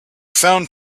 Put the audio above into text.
found